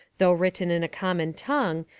though written in a common tongue,